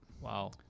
wow